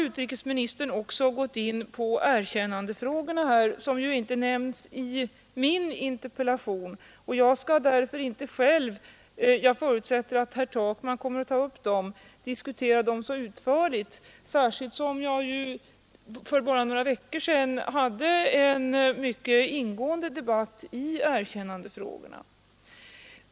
Utrikesministern har också gått in på erkännandefrågorna. De nämns ju inte i min interpellation, och jag skall därför inte själv — jag förutsätter att herr Takman kommer att ta upp frågorna — diskutera dessa ting så utförligt, särskilt som jag bara för några veckor sedan deltog i en mycket ingående debatt i erkännandefrågorna.